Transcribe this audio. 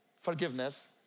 forgiveness